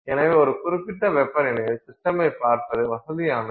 எனவே ஒரு குறிப்பிட்ட வெப்பநிலையில் சிஸ்டமைப் பார்ப்பது வசதியானது